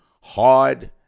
hard